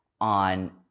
on